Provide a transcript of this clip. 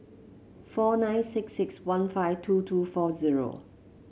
four nine six six one five two two four zero